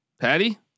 Patty